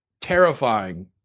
terrifying